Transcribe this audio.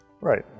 Right